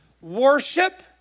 Worship